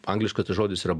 angliškas tas žodis yra